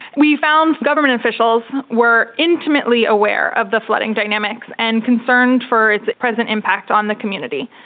we found government officials were intimately aware of the flooding dynamics and concerned for its present impact on the community.